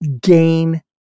Gain